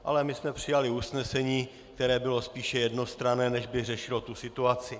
Ale my jsme přijali usnesení, které bylo spíše jednostranné, než by řešilo tu situaci.